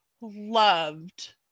loved